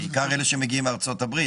בעיקר אלה שמגיעים מארצות הברית.